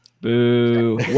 boo